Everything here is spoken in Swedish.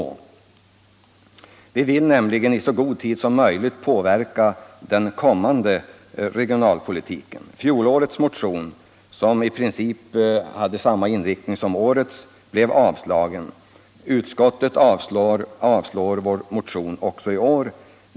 Vi vill nämligen i så god tid som möjligt påverka den kommande regionalpolitiken. Fjolårets motion, som i princip hade samma inriktning som årets, blev avslagen. Utskottet avstyrker vår motion också i år.